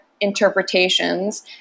interpretations